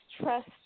trust